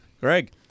Greg